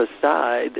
aside